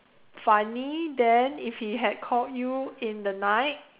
funny then if he had called you in the night